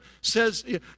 says